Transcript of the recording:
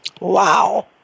Wow